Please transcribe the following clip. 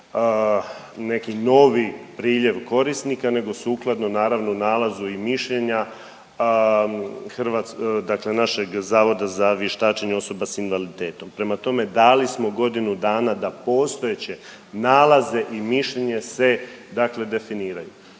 neki novi priljev korisnika nego sukladno naravno nalazu i mišljenja hrva…, dakle našeg Zavoda za vještačenje osoba s invaliditetom. Prema tome, dali smo godinu dana da postojeće nalaze i mišljenje se dakle definiraju.